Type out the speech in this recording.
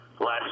Last